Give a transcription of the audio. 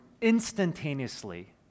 instantaneously